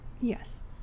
Yes